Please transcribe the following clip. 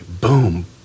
boom